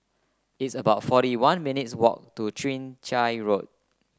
it's about forty one minutes' walk to Chwee Chian Road